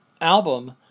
album